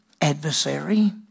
adversary